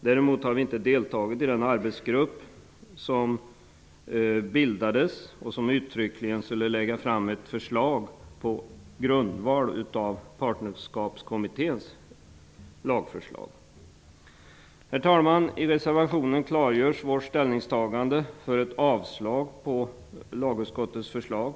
Däremot har vi inte deltagit i den arbetsgrupp som bildades och som uttryckligen skulle lägga fram ett förslag på grundval av Partnerskapskommitténs lagförslag. Herr talman! I reservationen klargörs vårt ställningstagande för ett avslag på lagutskottets förslag.